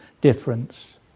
difference